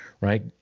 right –